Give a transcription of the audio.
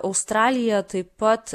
australija taip pat